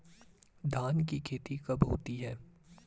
धान की खेती कब होती है?